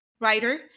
writer